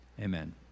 Amen